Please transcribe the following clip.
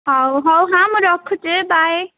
ହଉ ହଉ ହାଁ ମୁଁ ରଖୁଛି ବାଏ